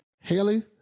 Haley